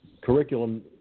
curriculum